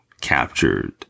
captured